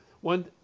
one